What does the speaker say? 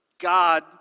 God